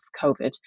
COVID